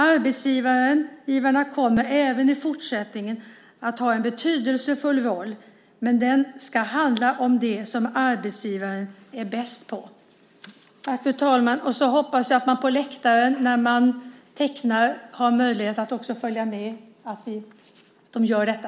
Arbetsgivarna kommer även i fortsättningen att ha en betydelsefull roll, men den ska handla om det som arbetsgivaren är bäst på. Jag hoppas att man på läktaren, där man teckentolkar, också har möjlighet att följa med i detta.